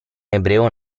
ebreo